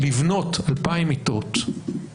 לבנות 2,000 מיטות, לתקצב,